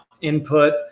input